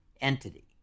entity